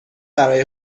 برای